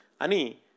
ani